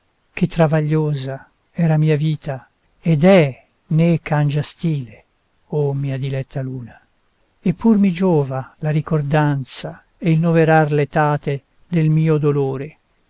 che travagliosa era mia vita ed è né cangia stile o mia diletta luna e pur mi giova la ricordanza e il noverar l'etate del mio dolore